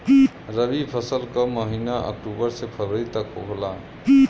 रवी फसल क महिना अक्टूबर से फरवरी तक होला